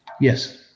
Yes